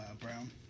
Brown